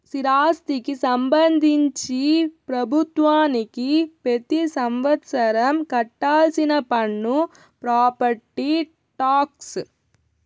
స్థిరాస్తికి సంబంధించి ప్రభుత్వానికి పెతి సంవత్సరం కట్టాల్సిన పన్ను ప్రాపర్టీ టాక్స్